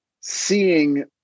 seeing